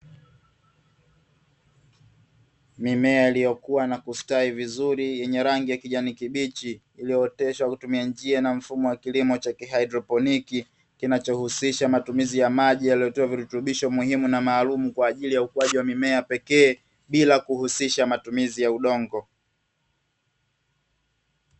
Mimea iliyokua na kustawi vizuri yenye rangi ya kijani kibichi, iliyooteshwa kutumia njia na mfumo wa kilimo cha kihaidroponi, kinachohusisha matumizi ya maji yaliyotiwa virutubisho muhimu na maalumu kwa ajili ya ukuaji wa mimea pekee, bila kuhusisha matumizi ya udongo.